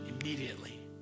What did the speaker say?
immediately